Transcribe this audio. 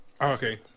Okay